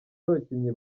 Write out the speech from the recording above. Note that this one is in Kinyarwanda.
y’abakinnyi